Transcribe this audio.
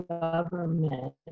government